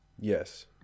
Yes